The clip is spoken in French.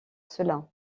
cela